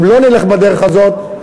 אם לא נלך בדרך הזאת,